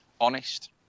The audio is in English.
honest